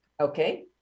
Okay